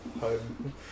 Home